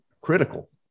critical